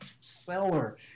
seller